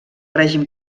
règim